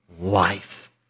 life